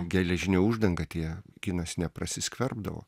geležinė uždanga tie kinas neprasiskverbdavo